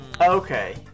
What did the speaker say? Okay